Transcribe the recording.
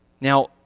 Now